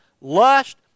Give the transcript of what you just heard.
lust